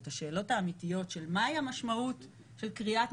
את השאלות האמיתיות של מה היא המשמעות של כריית,